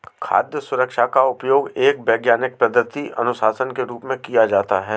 खाद्य सुरक्षा का उपयोग एक वैज्ञानिक पद्धति अनुशासन के रूप में किया जाता है